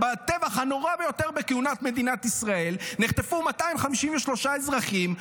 בטבח הנורא ביותר מאז הקמת מדינת ישראל נחטפו 253 אזרחים,